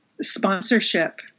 sponsorship